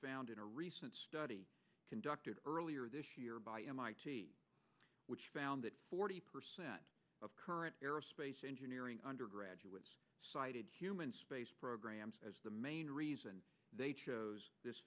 found in a recent study conducted earlier this year by mit which found that forty percent of current aerospace engineering undergraduate cited human space programs as the main reason they